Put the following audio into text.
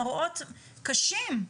מראות קשים.